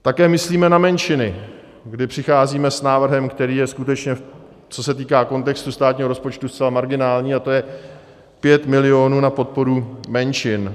Také myslíme na menšiny, kdy přicházíme s návrhem, který je skutečně, co se týká kontextu státního rozpočtu zcela marginální, a to je 5 milionů na podporu menšin.